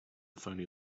phoney